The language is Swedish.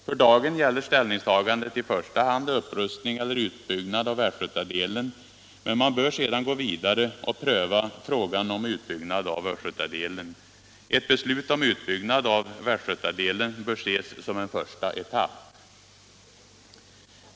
För dagen gäller ställningstagandet — Upprustning och i första hand upprustning eller utbyggnad av västgötadelen, men man = utbyggnad av-Göta bör sedan gå vidare och pröva frågan om utbyggnad av östgötadelen. kanal Ett beslut om utbyggnad av västgötadelen bör ses som en första etapp.